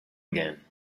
again